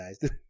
guys